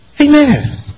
Amen